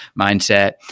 mindset